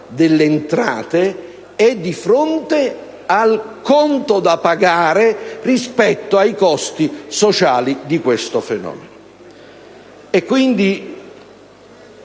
delle entrate e al conto da pagare rispetto ai costi sociali di questo fenomeno.